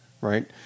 right